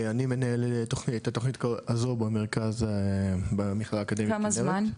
אני מנהל את התוכנית הזו במכללה האקדמית כנרת.